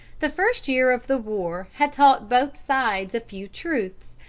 the first year of the war had taught both sides a few truths,